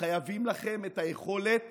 חייבים לכם את היכולת